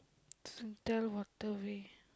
Singtel Waterway